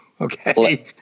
Okay